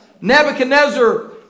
Nebuchadnezzar